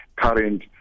current